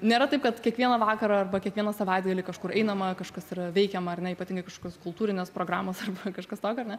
nėra taip kad kiekvieną vakarą arba kiekvieną savaitgalį kažkur einama kažkas yra veikiama ar ne ypatingai kažkokios kultūrinės programos arba kažkas tokio ar ne